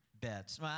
bets